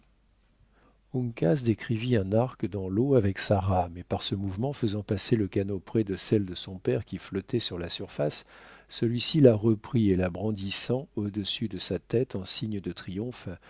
décrivit un arc dans l'eau avec sa rame et par ce mouvement faisant passer le canot près de celle de son père qui flottait sur la surface celui-ci la reprit et la brandissant au-dessus de sa tête en signe de